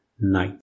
night